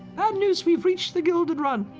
bad news, we've reached the gilded run.